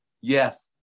Yes